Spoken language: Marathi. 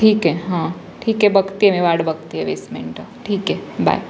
ठीक आहे हां ठीक आहे बघते आहे मी वाट बघते आहे वीस मिनटं ठीक आहे बाय